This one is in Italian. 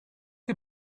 che